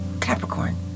Capricorn